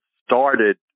started